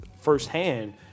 firsthand